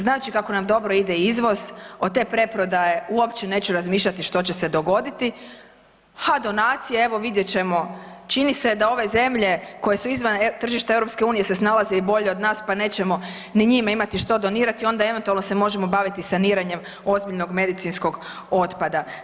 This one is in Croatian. Znači kako nam dobro ide izvoz, od te preprodaje uopće neću razmišljati što će se dogoditi, ha donacije, evo vidjet ćemo, čini se da ove zemlje koje su izvan tržišta EU se snalaze i bolje od nas pa nećemo ni njima imati što donirati, onda eventualno se možemo baviti saniranjem ozbiljnog medicinskog otpada.